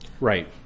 Right